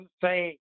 say